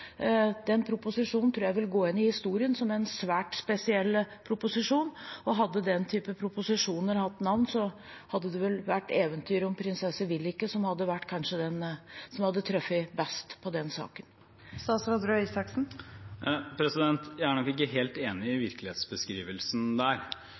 Den proposisjonen tror jeg vil gå inn i historien som svært spesiell, og hadde den typen proposisjoner hatt navn, hadde det vel vært eventyret om prinsesse Vilikke som kanskje hadde truffet best i den saken. Jeg er nok ikke helt enig i